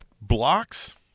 blocks